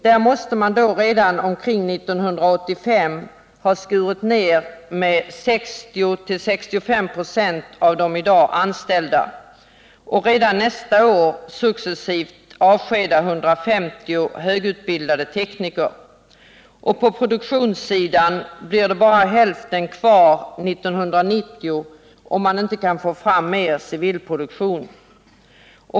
Där måste man redan omkring år 1985 ha skurit ner personalstyrkan med 60-65 procent av de i dag anställda och redan nästa år successivt avskeda 150 högutbildade tekniker. På produktionssidan blir bara hälften av personalen kvar år 1990, om man inte kan få fram mer civilproduktion.